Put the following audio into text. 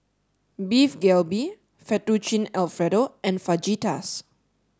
Beef Galbi Fettuccine Alfredo and Fajitas